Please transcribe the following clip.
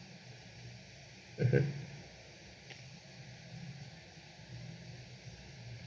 mmhmm